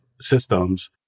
systems